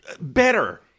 better